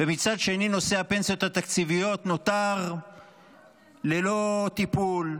ומצד שני נושא הפנסיות התקציביות נותר ללא טיפול,